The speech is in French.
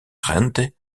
rente